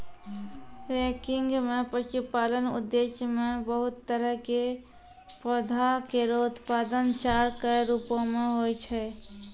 ranking म पशुपालन उद्देश्य सें बहुत तरह क पौधा केरो उत्पादन चारा कॅ रूपो म होय छै